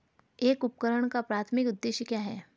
एक उपकरण का प्राथमिक उद्देश्य क्या है?